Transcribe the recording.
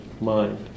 mind